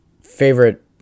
favorite